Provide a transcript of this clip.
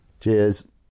Cheers